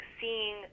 seeing